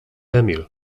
emil